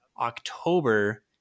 October